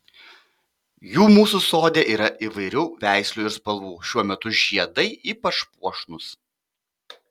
jų mūsų sode yra įvairių veislių ir spalvų šiuo metu žiedai ypač puošnūs